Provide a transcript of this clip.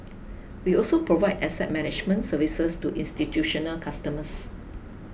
we also provide asset management services to institutional customers